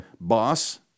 boss